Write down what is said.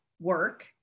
work